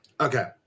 Okay